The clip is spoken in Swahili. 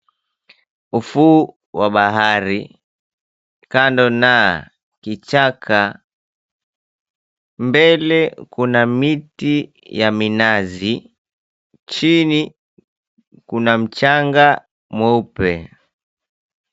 Ufuo wa bahari kando na kichaka. Mbele kuna miti ya minazi, chini kuna mchanga mweupe.